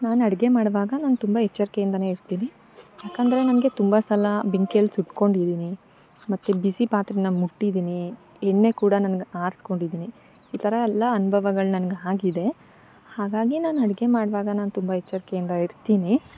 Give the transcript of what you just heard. ನಾನು ಅಡುಗೆ ಮಾಡುವಾಗ ನಾನು ತುಂಬ ಎಚ್ಚರಿಕೆಯಿಂದಾ ಇರ್ತಿನಿ ಯಾಕೆಂದರೆ ನಂಗೆ ತುಂಬ ಸಲ ಬೆಂಕೆಯಲ್ಲಿ ಸುಟ್ಕೊಂಡಿದ್ದೀನಿ ಮತ್ತು ಬಿಸಿ ಪಾತ್ರೆ ಮುಟ್ಟಿದಿನಿ ಎಣ್ಣೆ ಕೂಡ ನನಗೆ ಹಾರಿಸ್ಕೊಂಡಿದಿನಿ ಈ ಥರ ಎಲ್ಲ ಅನುಭವಗಳ್ ನನಗೆ ಆಗಿದೆ ಹಾಗಾಗಿ ನಾನು ಅಡ್ಗೆ ಮಾಡುವಾಗ ನಾನು ತುಂಬ ಎಚ್ಚರಿಕೆಯಿಂದ ಇರ್ತಿನಿ